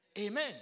Amen